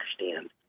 understand